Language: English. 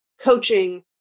coaching